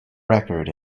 record